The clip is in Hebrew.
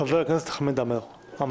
חבר הכנסת חמד עמאר.